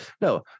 No